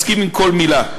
מסכים עם כל מילה.